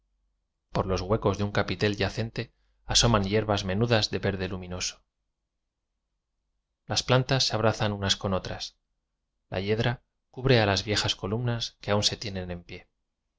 por los huecos de un capitel yacente asoman hierbas menudas de verde lumi noso las plantas se abrazan unas con otras la yedra cubre a las viejas columnas que aún se tienen en pie